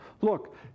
Look